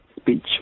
speech